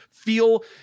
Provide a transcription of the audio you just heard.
feel